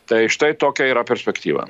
tai štai tokia yra perspektyva